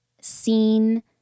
Seen